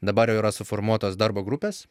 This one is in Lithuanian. dabar jau yra suformuotos darbo grupės